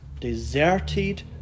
deserted